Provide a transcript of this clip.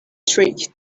trick